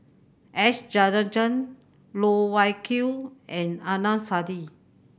S Rajendran Loh Wai Kiew and Adnan Saidi